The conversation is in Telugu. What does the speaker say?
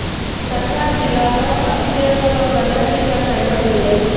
ఛత్రా జిల్లాలో అతి చేరువలోగల టీకా కేంద్రం ఏది